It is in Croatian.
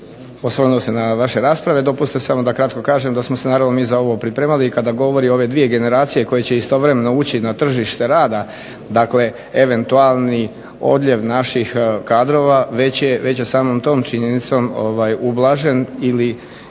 se na vaše rasprave. Dopustite samo da kratko kažem da smo se mi naravno za ovo pripremali i kada govori o ove dvije generacije koje će istovremeno ući na tržište rada, dakle eventualni odljev naših kadrova već je samom tom činjenicom ublažen ili